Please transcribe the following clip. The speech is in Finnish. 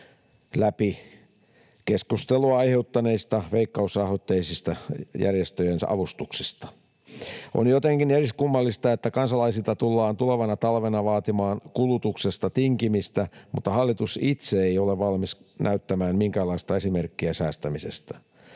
läpi keskustelua aiheuttaneiden veikkausrahoitteisten järjestöjensä avustuksia. On jotenkin eriskummallista, että kansalaisilta tullaan tulevana talvena vaatimaan kulutuksesta tinkimistä, mutta hallitus itse ei ole valmis näyttämään minkäänlaista esimerkkiä säästämisestä.